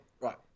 Right